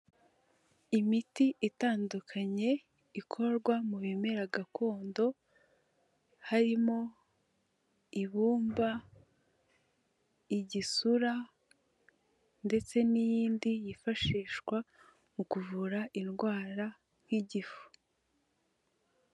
Imiti itandukanye ikorwa mu bimera gakondo, harimo ibumba, igisura ndetse n'iyindi yifashishwa mu kuvura indwara nk'igifu.